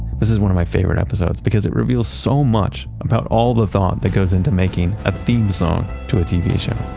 this is one of my favorite episodes because it reveals so much about all the thought that goes into making a theme song to a tv show.